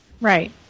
Right